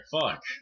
fuck